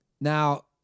Now